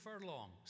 furlongs